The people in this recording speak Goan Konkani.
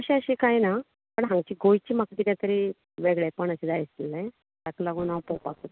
तशें अशें काय ना पण हांगचे गोंयचे म्हाका किदें तरी वेगळेपण अशें जाय आशिल्ले ताका लागून हांव पळोवपाक सोदतालें